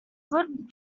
good